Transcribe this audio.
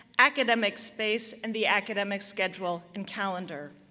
academic space, and the academic schedule and calendar.